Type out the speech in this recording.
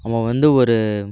அவன் வந்து ஒரு